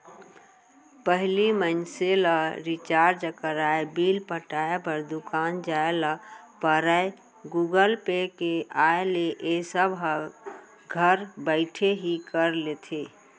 पहिली मनसे ल रिचार्ज कराय, बिल पटाय बर दुकान जाय ल परयए गुगल पे के आय ले ए सब ह घर बइठे ही कर लेथे